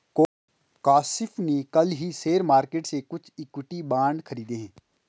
काशिफ़ ने कल ही शेयर मार्केट से कुछ इक्विटी बांड खरीदे है